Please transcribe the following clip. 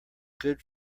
good